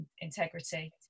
integrity